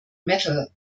metal